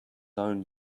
own